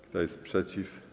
Kto jest przeciw?